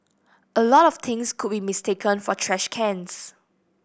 a lot of things could be mistaken for trash cans